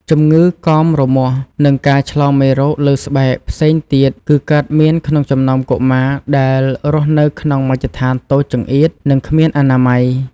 ជម្ងឺកមរមាស់ និងការឆ្លងមេរោគលើស្បែកផ្សេងទៀតគឺកើតមានក្នុងចំណោមកុមារដែលរស់នៅក្នុងមជ្ឈដ្ឋានតូចចង្អៀត និង គ្មានអនាម័យ។